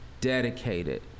dedicated